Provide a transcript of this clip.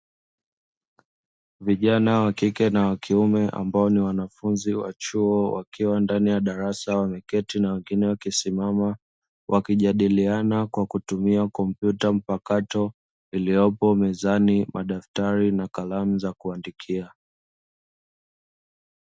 Vijana wa kike na wa kiume ambao ni wanafunzi wa chuo, wakiwa ndani ya darasa, wameketi na wengine wakisimama, wakijadiliana kwa kutumia kompyuta mpakato iliyopo mezani, madaftari na kalamu za kuandikia.